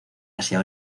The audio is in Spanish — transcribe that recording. asia